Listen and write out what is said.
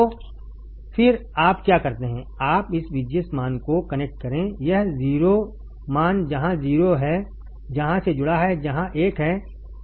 तो फिर आप क्या करते हैं आप इस VGS मान को कनेक्ट करें यह 0 मान जहां 0 है यहां से जुड़ा है जहां एक है